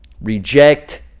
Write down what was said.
reject